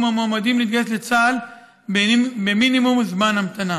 המועמדים להתגייס לצה"ל במינימום זמן המתנה,